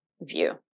view